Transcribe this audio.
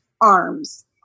arms